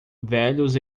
velhos